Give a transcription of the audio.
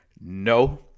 no